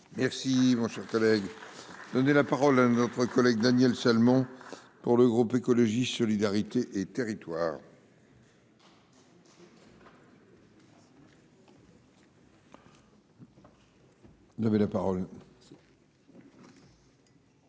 merci mon cher collègue, donnait la parole à notre collègue Daniel seulement pour le groupe écologiste solidarité et territoires. On avait la parole.